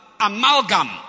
amalgam